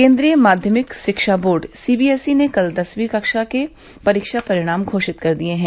केन्द्रीय माध्यमिक शिक्षा बोर्ड सीबीएसई ने कल दसवीं कक्षा के परीक्षा परिणाम घोषित कर दिये हैं